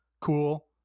cool